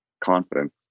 confidence